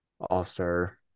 all-star